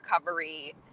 recovery